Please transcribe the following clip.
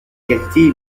qualité